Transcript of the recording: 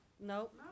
Nope